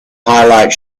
highlight